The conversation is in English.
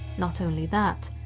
not only that,